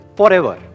forever